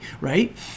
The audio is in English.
right